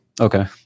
Okay